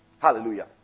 Hallelujah